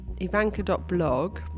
Ivanka.blog